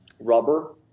rubber